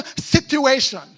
situation